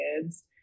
kids